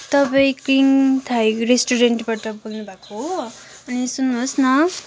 तपाईँ King Thai रेस्टुरेन्टबाट बोल्नुभएको हो अनि सुन्नुहोस् न